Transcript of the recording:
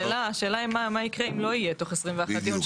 השאלה היא מה יקרה אם לא יהיה תוך 21 יום.